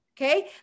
Okay